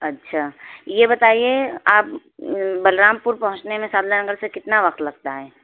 اچھا یہ بتائیے آپ بلرام پور پہنچنے میں سعد اللہ نگر سے کتنا وقت لگتا ہے